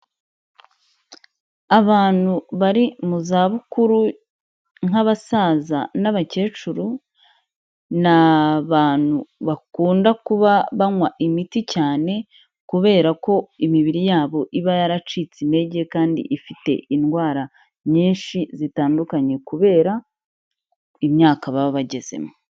Abantu bari mu zabukuru nk'abasaza n'abakecuru, ni abantu bakunda kuba banywa imiti cyane kubera ko imibiri yabo iba yaracitse intege kandi ifite indwara nyinshi zitandukanye kubera imyaka baba bagezemo.